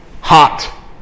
hot